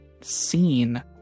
seen